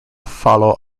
follow